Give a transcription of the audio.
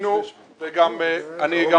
אני אומר